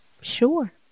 sure